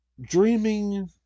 dreaming